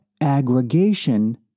aggregation